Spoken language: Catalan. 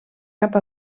cap